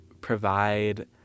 provide